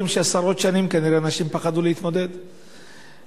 שעשרות שנים כנראה אנשים פחדו להתמודד אתם.